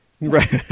Right